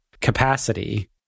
capacity